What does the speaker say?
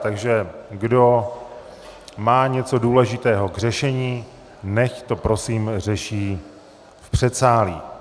Takže kdo má něco důležitého k řešení, nechť to prosím řeší v předsálí.